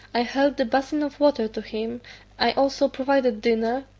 i held the basin of water to him i also provided dinner,